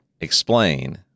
explain